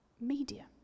media